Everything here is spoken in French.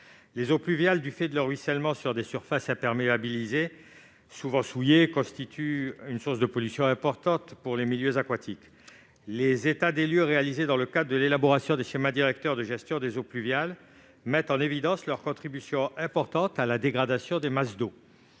Les eaux pluviales, du fait de leur ruissellement sur des surfaces imperméabilisées souvent souillées, constituent une source de pollution importante pour les milieux aquatiques. Les états des lieux réalisés dans le cadre de l'élaboration des schémas directeurs de gestion des eaux pluviales mettent en évidence la contribution importante des eaux pluviales à la